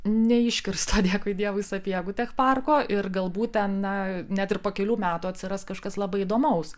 neiškirsto dėkui dievui sapiegų parko ir galbūt ten na net ir po kelių metų atsiras kažkas labai įdomaus